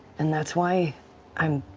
and that's why i'm.